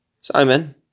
Simon